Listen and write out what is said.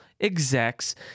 execs